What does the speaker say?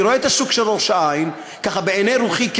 אני רואה את השוק של ראש-העין בעיני רוחי,